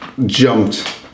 jumped